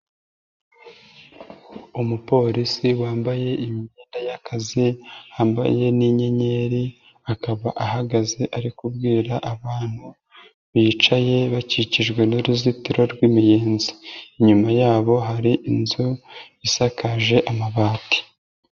Umupolisi wambaye imyenda y'akazi, yambaye n'inyenyeri akaba ahagaze ari kubwira abantu bicaye bakikijwe n'uruzitiro rw'imiyenzi, inyuma yabo hari inzu isakaje amabati.